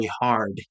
hard